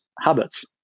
habits